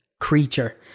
creature